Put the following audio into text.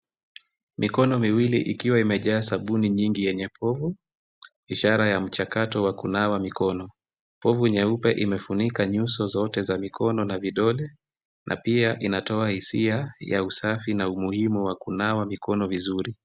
Mikono miwili ikiwa imejaa sabuni nyingi yenye povu, ishara ya mchakato wa kunawa mikono. Povu nyeupe imefunika nyuso zote za mikono na vidole na pia inatoa hisia ya usafi na umuhimu wa kunawa mikono vizuri.